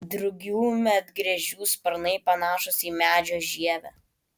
drugių medgręžių sparnai panašūs į medžio žievę